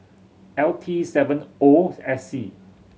L T seven O S C